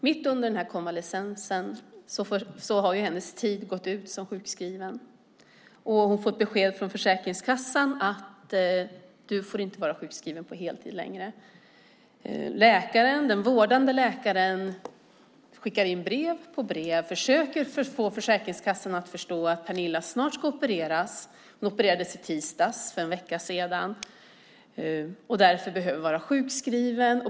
Mitt under konvalescensen gick hennes tid som sjukskriven ut, och hon har fått beskedet från Försäkringskassan att hon inte får vara sjukskriven på heltid längre. Den vårdande läkaren skickar in brev på brev och försöker få Försäkringskassan att förstå att Pernilla snart ska opereras. Hon opererades i tisdags, för en vecka sedan, och därför behöver hon vara sjukskriven.